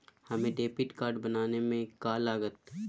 हमें debit card बनाने में का लागत?